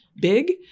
big